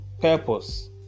Purpose